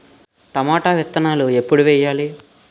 Tomato విత్తనాలు ఎప్పుడు వెయ్యాలి?